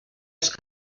els